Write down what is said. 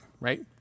right